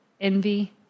envy